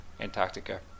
Antarctica